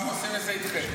--- צהר עושים את זה איתכם.